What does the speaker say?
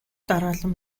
дараалан